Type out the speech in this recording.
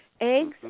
Eggs